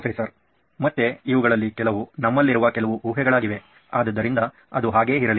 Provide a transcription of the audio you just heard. professor ಮತ್ತೆ ಇವುಗಳಲ್ಲಿ ಕೆಲವು ನಮ್ಮಲ್ಲಿರುವ ಕೆಲವು ಊಹೆಗಳಾಗಿವೆ ಆದ್ದರಿಂದ ಅದು ಹಾಗೆ ಇರಲಿ